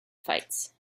fights